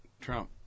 Trump